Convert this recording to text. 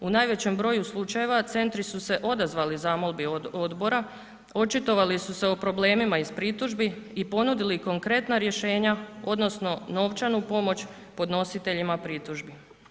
U najvećem broju slučajeva centri su se odazvali zamolbi odbora, očitovali su se o problemima iz pritužbi i ponudili konkretna rješenja odnosno novčanu pomoć podnositeljima pritužbi.